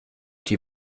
die